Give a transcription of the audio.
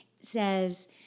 says